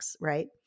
right